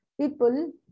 People